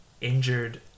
injured